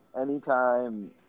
anytime